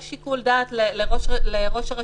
יש שיקול דעת לראש הרשות.